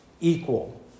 equal